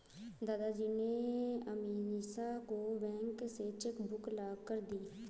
दादाजी ने अमीषा को बैंक से चेक बुक लाकर दी